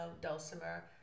dulcimer